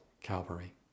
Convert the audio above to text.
Calvary